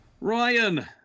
Ryan